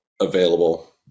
available